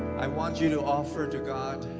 i want you to offer to god,